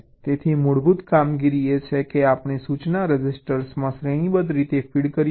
તેથી મૂળભૂત કામગીરી એ છે કે આપણે સૂચના રજિસ્ટરમાં શ્રેણીબદ્ધ રીતે ફીડ કરીએ છીએ